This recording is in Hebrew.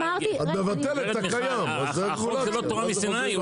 את מבטלת את הקיים- -- זו לא תורה מסיני.